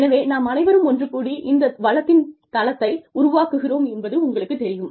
எனவே நாம் அனைவரும் ஒன்று கூடி இந்த வளத்தின் தளத்தை உருவாக்குகிறோம் என்பது உங்களுக்குத் தெரியும்